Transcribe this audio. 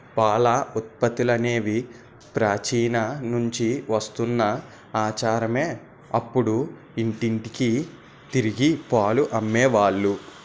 పాల ఉత్పత్తులనేవి ప్రాచీన నుంచి వస్తున్న ఆచారమే అప్పుడు ఇంటింటికి తిరిగి పాలు అమ్మే వాళ్ళు